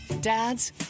Dads